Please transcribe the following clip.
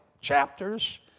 chapters